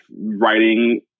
writing